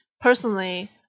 personally